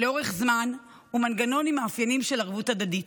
לאורך זמן ומנגנון עם מאפיינים של ערבות הדדית.